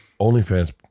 OnlyFans